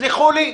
תסלחו לי,